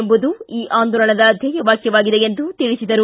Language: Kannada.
ಎಂಬುದು ಈ ಆಂದೋಲನದ ಧ್ವೇಯವಾಕ್ವವಾಗಿದೆ ಎಂದು ತಿಳಿಸಿದರು